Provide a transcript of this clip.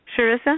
Sharissa